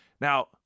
now